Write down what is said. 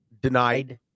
denied